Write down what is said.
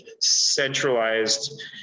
centralized